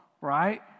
right